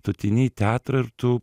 tu ateini į teatrą ir tu